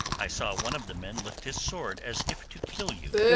i saw one of the men lift his sword as if to kill you.